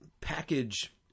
package